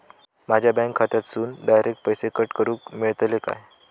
माझ्या बँक खात्यासून डायरेक्ट पैसे कट करूक मेलतले काय?